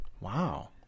Wow